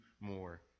more